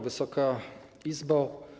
Wysoka Izbo!